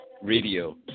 Radio